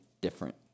different